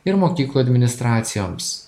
ir mokyklų administracijoms